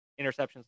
interceptions